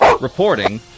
Reporting